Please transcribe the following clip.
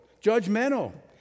judgmental